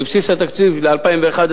בבסיס התקציב ל-2011,